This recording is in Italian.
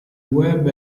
web